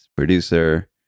producer